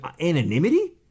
anonymity